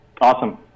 Awesome